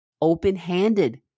open-handed